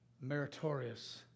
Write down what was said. meritorious